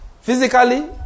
Physically